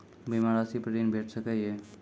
बीमा रासि पर ॠण भेट सकै ये?